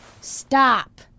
Stop